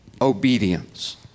obedience